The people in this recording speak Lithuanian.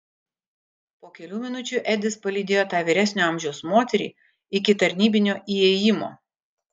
po kelių minučių edis palydėjo tą vyresnio amžiaus moterį iki tarnybinio įėjimo